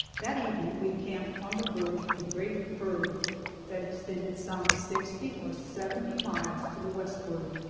that evening we camped on the verge of the great herd that extended some sixty or seventy miles to the westward,